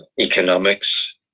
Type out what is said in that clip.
economics